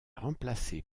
remplacé